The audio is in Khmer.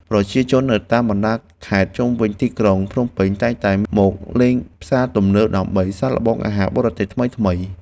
ប្រជាជននៅតាមបណ្តាខេត្តជុំវិញទីក្រុងភ្នំពេញតែងតែមកលេងផ្សារទំនើបដើម្បីសាកល្បងអាហារបរទេសថ្មីៗ។